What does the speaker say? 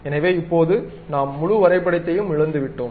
எனவே இப்போது நாம் முழு வரைபடத்தையும் இழந்துவிட்டோம்